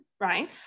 right